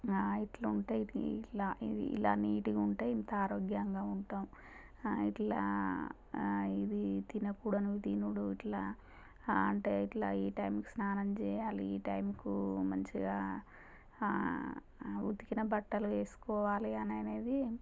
ఇలా ఉంటే ఇది ఇట్లా ఇది ఇలా నీట్గా ఉంటే ఇంత ఆరోగ్యంగా ఉంటాం అలా ఇదీ తినకూడనవి తినడం ఇలా అంటే ఇలా ఈ టైమ్కి స్నానం చెయ్యాలి ఈ టైమ్కి మంచిగా ఉతికిన బట్టలు వేసుకోవాలి అనేది